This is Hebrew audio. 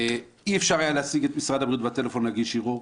אי אפשר היה להשיג את משרד הבריאות בטלפון כדי להגיש ערעור,